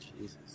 Jesus